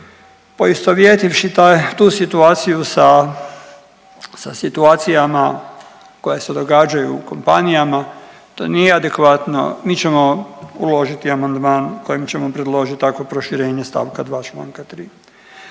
poistovjetivši tu situaciju sa, sa situacijama koje se događaju u kompanijama to nije adekvatno, mi ćemo uložiti amandman kojim ćemo predložiti takvo proširenje stavka 2.